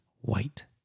white